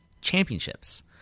championships